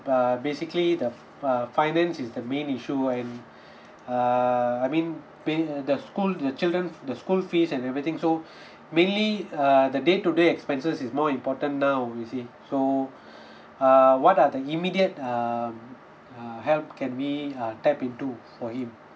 uh basically the uh finance is the main issue and uh I mean pay uh the school the children the school fees and everything so mainly uh the day to day expenses is more important now you see so uh what are the immediate um uh help can we uh tap into for him